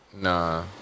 Nah